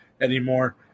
anymore